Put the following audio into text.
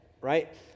Right